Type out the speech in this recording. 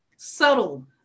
subtle